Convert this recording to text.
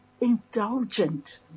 indulgent